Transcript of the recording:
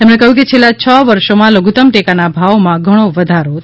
તેમણે કહયું કે છેલ્લા છ વર્ષોમાં લધુતમ ટેકાના ભાવોમાં ઘણો વધારો થયો છે